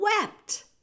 wept